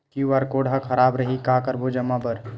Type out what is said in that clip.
QR code हा खराब रही का करबो जमा बर?